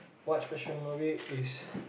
what's special movie is